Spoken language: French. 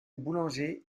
boulangers